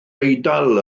eidal